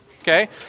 okay